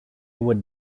would